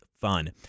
fun